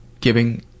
giving